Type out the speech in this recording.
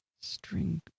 String